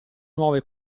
nuove